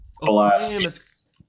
blast